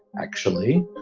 actually.